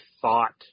thought